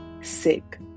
sick